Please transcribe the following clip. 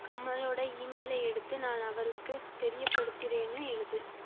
கமலோட ஈமெயிலை எடுத்து நான் அவருக்கு தெரியப்படுத்துறேன்னு எழுது